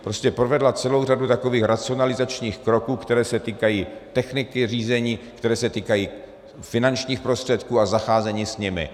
Prostě provedla celou řadu takových racionalizačních kroků, které se týkají techniky řízení, které se týkají finančních prostředků a zacházení s nimi.